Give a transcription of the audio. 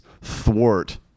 thwart